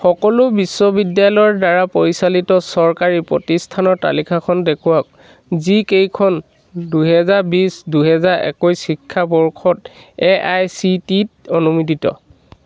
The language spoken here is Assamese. সকলো বিশ্ববিদ্যালয়ৰদ্বাৰা পৰিচালিত চৰকাৰী প্ৰতিষ্ঠানৰ তালিকাখন দেখুৱাওক যিকেইখন দুহেজাৰ বিছ দুহেজাৰ একৈছ শিক্ষাবৰ্ষত এ আই চি টিত অনুমোদিত